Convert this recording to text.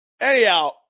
anyhow